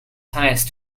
highest